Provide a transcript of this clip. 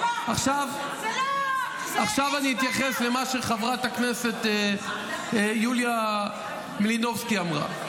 עכשיו אני אתייחס למה שחברת הכנסת יוליה מלינובסקי אמרה.